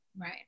right